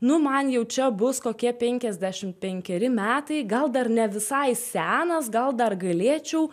nu man jau čia bus kokie penkiasdešimt penkeri metai gal dar ne visai senas gal dar galėčiau